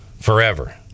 Forever